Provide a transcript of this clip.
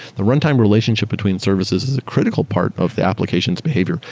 the runtime relationship between services is a critical part of the applications behavior,